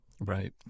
Right